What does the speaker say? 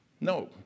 No